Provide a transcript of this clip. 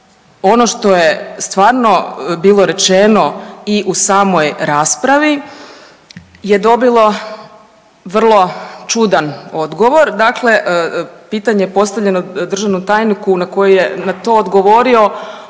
ono što je stvarno bilo rečeno i u samoj raspravi je dobilo vrlo čudan odgovor. Dakle, pitanje postavljeno državnom tajniku na koji je na to odgovorio